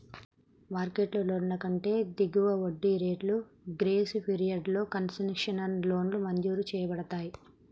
market లోన్ల కంటే దిగువ వడ్డీ రేట్లు, గ్రేస్ పీరియడ్లతో కన్సెషనల్ లోన్లు మంజూరు చేయబడతయ్